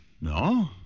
No